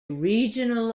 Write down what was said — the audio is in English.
regional